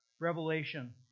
Revelation